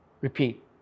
repeat